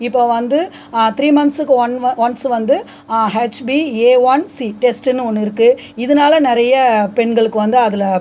இப்போ வந்து த்ரீ மந்த்ஸுக்கு ஒன் வ ஒன்ஸ் வந்து H B A one A C டெஸ்ட்டுன்னு ஒன்று இருக்குது இதனால நிறைய பெண்களுக்கு வந்து அதில்